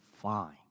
fine